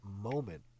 moment